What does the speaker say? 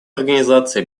организации